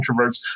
introverts